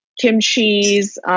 kimchi's